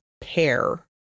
pair